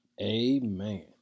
amen